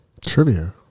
Trivia